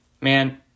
Man